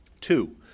Two